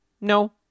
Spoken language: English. No